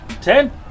Ten